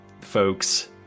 folks